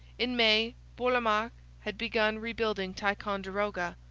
in may bourlamaque had begun rebuilding ticonderoga.